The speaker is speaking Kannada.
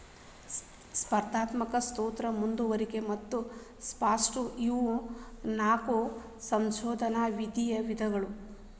ಸ್ಪರ್ಧಾತ್ಮಕ ಸೂತ್ರ ಮುಂದುವರಿಕೆ ಮತ್ತ ಪಾಸ್ಥ್ರೂ ಇವು ನಾಕು ಸಂಶೋಧನಾ ನಿಧಿಯ ವಿಧಗಳು